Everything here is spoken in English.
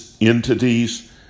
entities